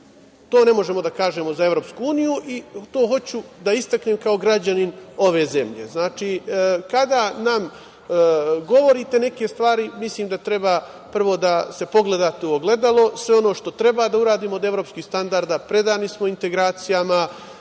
To ne možemo da kažemo za Evropsku uniju i to hoću da istaknem kao građanin ove zemlje. Znači, kada nam govorite neke stvari, mislim da treba prvo da se pogledate u ogledalo. Sve ono što treba da uradimo od evropskih standarda, predani smo integracijama